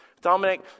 Dominic